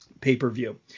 Pay-per-view